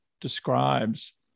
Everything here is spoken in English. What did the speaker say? describes